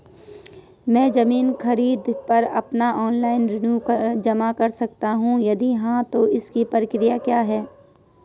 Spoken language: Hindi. मैं ज़मीन खरीद पर अपना ऑनलाइन रेवन्यू जमा कर सकता हूँ यदि हाँ तो इसकी प्रक्रिया क्या है?